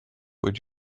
would